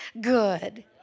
good